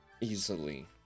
easily